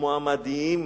כמו המַדיים,